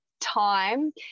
time